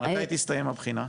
מתי תסתיים הבחינה?